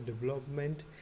development